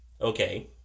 Okay